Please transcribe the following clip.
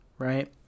Right